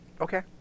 Okay